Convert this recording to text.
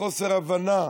וחוסר הבנה,